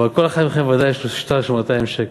אבל לכל אחד מכם בוודאי יש שטר של 200 שקל.